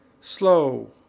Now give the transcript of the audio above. Slow